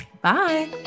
Bye